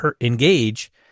engage